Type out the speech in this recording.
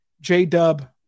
J-Dub